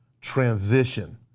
transition